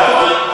זה הכול.